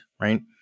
right